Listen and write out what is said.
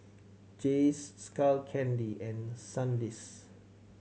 Jays Skull Candy and Sandisk